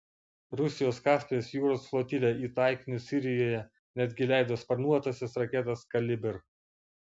rusijos kaspijos jūros flotilė į taikinius sirijoje netgi leido sparnuotąsias raketas kalibr